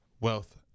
Wealth